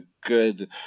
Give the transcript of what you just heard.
good